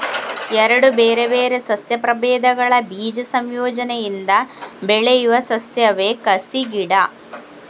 ಎರಡು ಬೇರೆ ಬೇರೆ ಸಸ್ಯ ಪ್ರಭೇದಗಳ ಬೀಜ ಸಂಯೋಜನೆಯಿಂದ ಬೆಳೆಯುವ ಸಸ್ಯವೇ ಕಸಿ ಗಿಡ